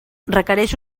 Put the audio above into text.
requereix